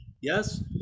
Yes